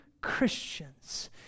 Christians